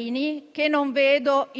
mesi è paragonabile